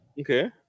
Okay